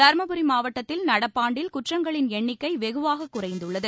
தருமபுரி மாவட்டத்தில் நடப்பாண்டில் குற்றங்களின் எண்ணிக்கை வெகுவாக குறைந்துள்ளது